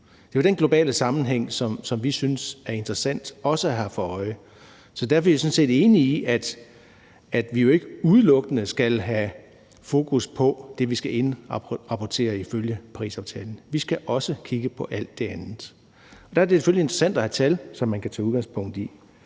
Det er jo den globale sammenhæng, som vi synes er interessant også at have for øje. Så der er vi sådan set enige i, at vi jo ikke udelukkende skal have fokus på det, vi skal indrapportere ifølge Parisaftalen; vi skal også kigge på alt det andet. Der er det selvfølgelig interessant at have tal, som man kan tage udgangspunkt i.